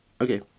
Okay